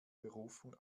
berufung